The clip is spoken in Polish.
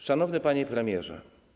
Szanowny Panie Premierze!